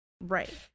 Right